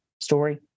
story